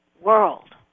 world